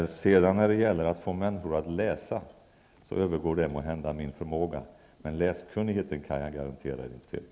När det gäller att få människor att läsa, så övergår det måhända min förmåga. Men läskunnigheten är det inget fel på, det kan jag garantera.